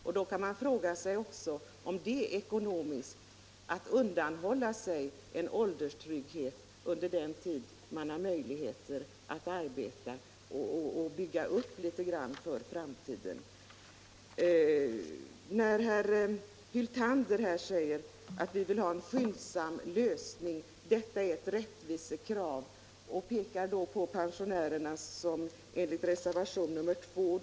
Man kan då fråga sig om det är ekonomiskt att undanhålla sig en ålderstrygghet under den tid man har möjlighet att arbeta och bygga upp litet grand för framtiden. Herr Hyltander sade att folkpartiet vill ha en skyndsam lösning av det problem som tas upp i reservation nr 2 och att detta är ett rättvisekrav.